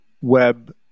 web